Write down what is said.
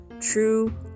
true